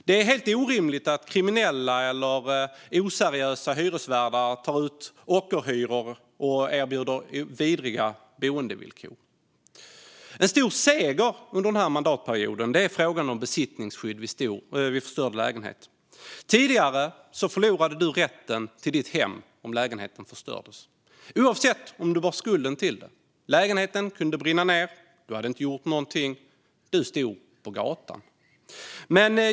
Det är helt orimligt att kriminella eller oseriösa hyresvärdar tar ut ockerhyror och erbjuder vidriga boendevillkor. En stor seger under den här mandatperioden är frågan om besittningsskydd vid förstörd lägenhet. Tidigare förlorade du rätten till ditt hem om lägenheten förstördes, oavsett om du bar skulden till det eller inte. Lägenheten kunde brinna ned. Du hade inte gjort någonting, men du stod på gatan.